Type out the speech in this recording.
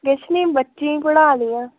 किश नी बच्चें गी पढ़ा दियां